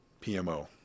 PMO